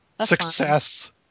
success